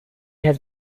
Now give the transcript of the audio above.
has